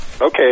Okay